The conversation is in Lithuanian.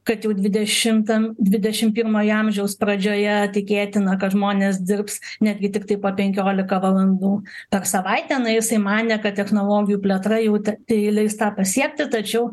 kad jau dvidešimtam dvidešim pirmojo amžiaus pradžioje tikėtina kad žmonės dirbs netgi tiktai po penkiolika valandų per savaitę na jisai manė kad technologijų plėtra jau t tai leis tą pasiekti tačiau